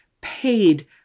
paid